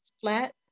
flat